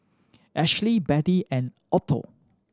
Ashlie Betty and Otho